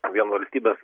vien valstybės